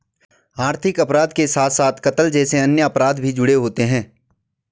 आर्थिक अपराध के साथ साथ कत्ल जैसे अन्य अपराध भी जुड़े होते हैं